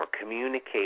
communicate